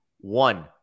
One